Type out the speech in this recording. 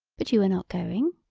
but you are not going.